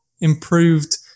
improved